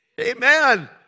Amen